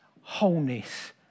wholeness